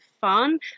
fun